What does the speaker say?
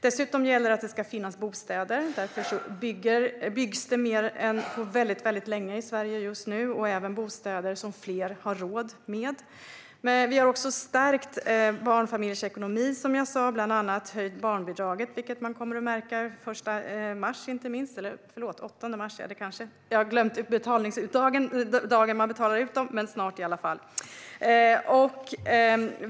Dessutom ska det finnas bostäder. Därför byggs det mer än på väldigt länge i Sverige just nu, även bostäder som fler har råd med. Vi har också stärkt barnfamiljers ekonomi, som jag sa. Bland annat har vi höjt barnbidraget, vilket man kommer att märka den 1 mars. Eller den 8 mars kanske det är - jag har glömt utbetalningsdagen, men det är snart i alla fall.